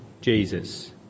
Jesus